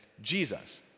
jesus